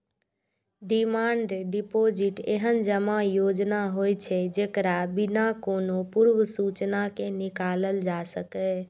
demand deposit एहन जमा योजना होइ छै, जेकरा बिना कोनो पूर्व सूचना के निकालल जा सकैए